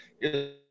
Yes